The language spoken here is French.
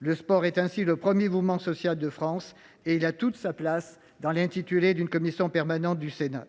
le sport est le premier mouvement social de France. Il a toute sa place dans l’intitulé d’une commission permanente du Sénat. À cet égard,